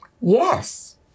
Yes